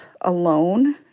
alone